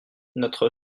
notre